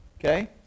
Okay